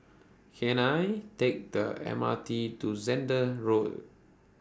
Can I Take The M R T to Zehnder Road